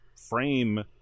frame